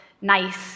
nice